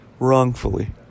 Wrongfully